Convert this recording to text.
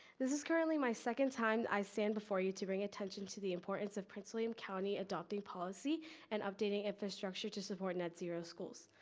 this is currently my second time i stand before you to bring attention to the importance of prince william county adopting policy and updating infrastructure to support netzero schools.